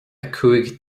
cúig